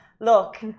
look